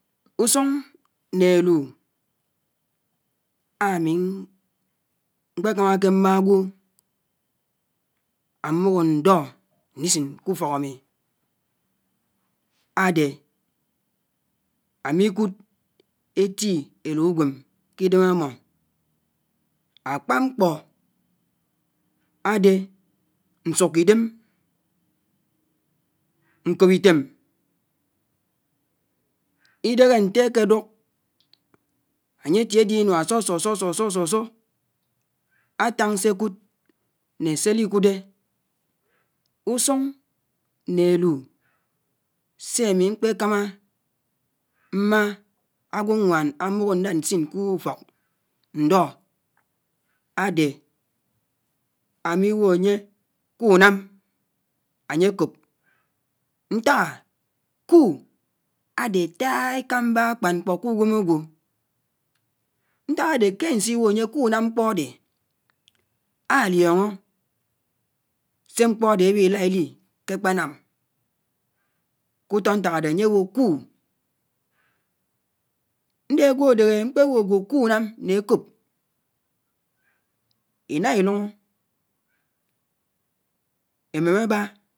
Usùng nè ẽ lù ámi mkpè kámákè maa ágwò, ámi mbóhó ndó ndi ndi sin k'ufók ámi ádè, ámi kùd éti elu ùwem k'idem ámò, ákpá mkpò ádè nsùkó idèm, nkòp itém, idèhè ntè ákè dùk ányiè tié ádè dè inuá asòk sòk. sòk. sòk. sòk, átang se kud, nẽ sè áli kùté. úsùng né édù se ámi mkpè kámá maa ágwònwén ámi mbóhó nlad nsin k'ùfok ndó, ádè ámi bó ányè k'unam ányè kop ntágá kú ade átà ékàmbà ákpán mkpò k'uwem ágwò, nták ádè ké ánsibó ányè kú nám mkpò ádè á lioño sé mkpó ádè ábihi lá ili ke ákpè nám k'utó ntàk ádè ányè bò kù, ndé ágwò ádèhè ákpè bó àgwò kiinám nè ákòp, ila ilóñ émém ábá.̣